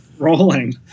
Rolling